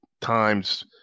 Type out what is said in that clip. times